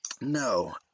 no